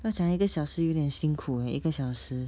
要讲一个小时有点辛苦 eh 一个小时